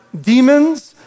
demons